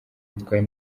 witwaye